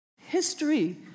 History